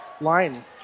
line